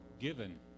given